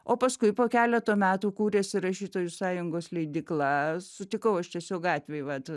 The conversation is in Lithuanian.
o paskui po keleto metų kūrėsi rašytojų sąjungos leidykla sutikau aš tiesiog gatvėj vat